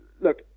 Look